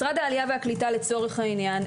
משרד העלייה והקליטה לצורך העניין,